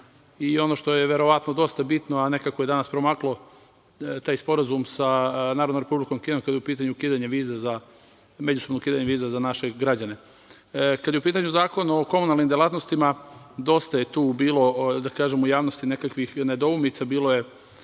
i ono što je, verovatno, dosta bitno, a nekako je danas promaklo – Sporazum sa Narodnom Republikom Kinom kada je u pitanju međusobno ukidanje viza za naše građane. Kada je u pitanju Zakon o komunalnim delatnostima, dosta je tu bilo u javnosti nekakvih nedoumica. Bilo je